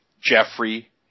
Jeffrey